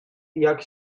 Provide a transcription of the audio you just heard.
jak